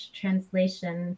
translation